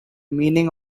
meaning